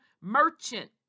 merchant